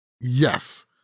Yes